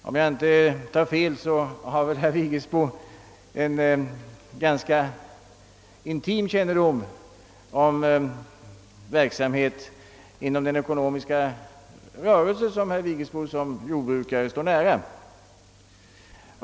Om jag inte tar fel har herr Vigelsbo en ganska intim kännedom om verksamhet inom den ekonomiska rörelse som herr Vigelsbo som jordbrukare står nära.